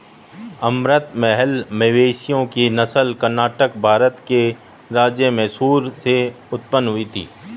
अमृत महल मवेशियों की नस्ल कर्नाटक, भारत के राज्य मैसूर से उत्पन्न हुई थी